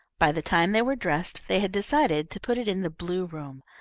by the time they were dressed, they had decided to put it in the blue room,